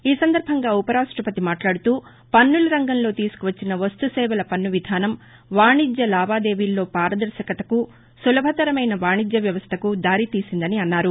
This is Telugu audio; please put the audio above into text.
ఈ సందర్బంగా ఉపరాష్టపతి మాట్లాడుతూ పన్నుల రంగంలో తీసుకువచ్చిన వస్తు సేవల పన్ను విధానం వాణిజ్య లావాదేవీల్లో పారదర్శకతకు సులభతరమైన వాణిజ్య వ్యవస్దకు దారితీసిందని అన్నారు